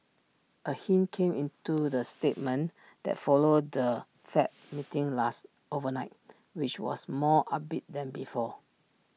A hint came into the statement that followed the fed meeting last overnight which was more upbeat than before